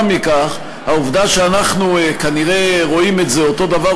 העובדה שאנחנו כנראה רואים את זה אותו דבר,